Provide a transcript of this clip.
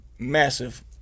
Massive